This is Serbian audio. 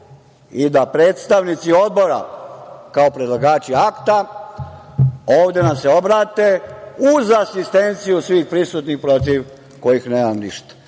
i da predstavnici odbora, kao predlagači akta, ovde nam se obrate uz asistenciju svih prisutnih, protiv kojih nemam ništa. Ne